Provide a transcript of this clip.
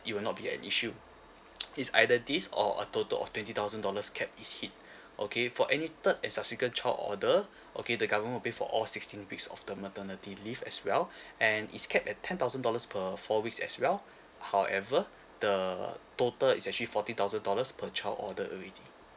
it will not be an issue it's either this or a total of twenty thousand dollars capped is hit okay for any third and subsequent child order okay the government will pay for all sixteen weeks of the maternity leave as well and it's capped at ten thousand dollars per four weeks as well however the total is actually forty thousand dollars per child ordered already